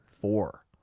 four